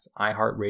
iHeartRadio